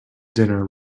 dinner